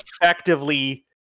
effectively